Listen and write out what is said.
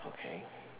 okay